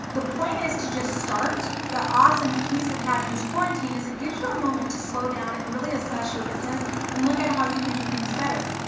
the point is to just start, the awesome piece of having this quarantine is it gives you a moment to slow down and really assess your business and look at how you can do things better.